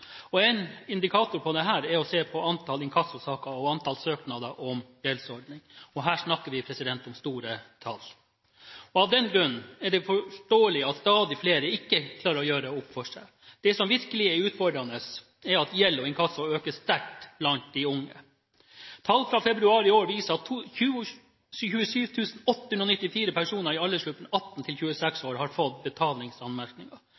En indikator på dette er å se på antall inkassosaker og antall søknader om gjeldsordning. Her snakker vi om store tall. Av den grunn er det forståelig at stadig flere ikke klarer å gjøre opp for seg. Det som virkelig er utfordrende, er at gjelds- og inkassosaker øker sterkt blant de unge. Tall fra februar i år viser at 27 894 personer i aldersgruppen 18–26 år har fått betalingsanmerkninger. Det er en økning på hele 18